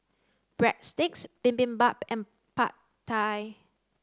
Breadsticks Bibimbap and Pad Thai